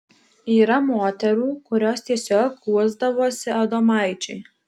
yra moterų kurios tiesiog guosdavosi adomaičiui